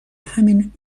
همین